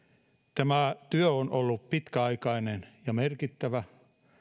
tämä työ on ollut pitkäaikainen ja merkittävä